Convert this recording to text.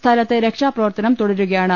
സ്ഥലത്ത് രക്ഷാപ്രവർത്തനം തുടരുകയാണ്